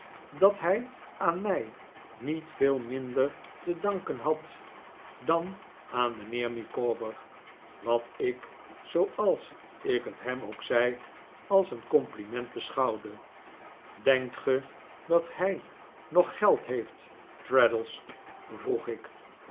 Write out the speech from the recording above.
dat hij aan mij niet veel minder te danken had dan aan mijnheer micawber wat ik zooals ik hem ook zei als een compliment beschouwde denkt ge dat hij nog geld heeft traddles vroeg ik